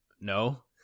No